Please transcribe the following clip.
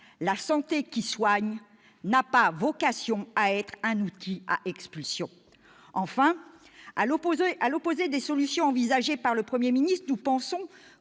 La santé qui soigne n'a pas vocation à être un outil à expulsion. Enfin, à l'opposé des solutions envisagées par le Premier ministre, nous pensons,